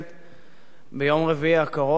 ביום רביעי הקרוב, לדעתי,